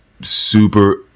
super